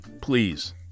Please